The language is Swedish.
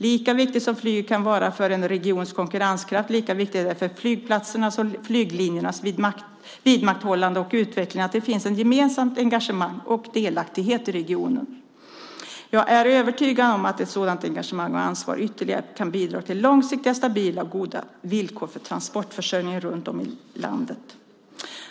Lika viktigt som flyget kan vara för en regions konkurrenskraft, lika viktigt är det för flygplatsernas och flyglinjernas vidmakthållande och utveckling att det finns ett gemensamt engagemang och en delaktighet i regionerna. Jag är övertygad om att ett sådant engagemang och ansvar ytterligare kan bidra till långsiktigt stabila och goda villkor för transportförsörjningen runt om i landet.